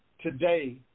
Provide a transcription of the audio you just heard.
Today